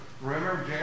Remember